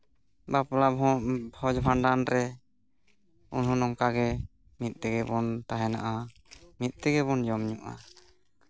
ᱵᱟᱯᱞᱟ ᱦᱚᱸ ᱵᱷᱚᱸᱡᱽ ᱵᱷᱟᱸᱰᱟᱱ ᱨᱮ ᱩᱱᱦᱚᱸ ᱱᱚᱝᱠᱟᱜᱮ ᱢᱤᱫ ᱛᱮᱜᱮ ᱵᱚᱱ ᱛᱟᱦᱮᱱᱟ ᱢᱤᱫ ᱛᱮᱜᱮ ᱵᱚᱱ ᱡᱚᱢᱼᱧᱩᱜᱼᱟ